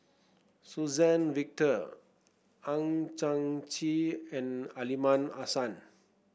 Suzann Victor Hang Chang Chieh and Aliman Hassan